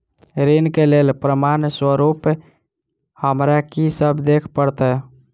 ऋण केँ लेल प्रमाण स्वरूप हमरा की सब देब पड़तय?